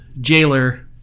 jailer